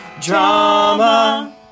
Drama